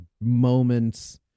moments